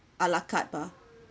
a la carte ah